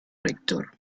rector